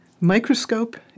Microscope